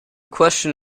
question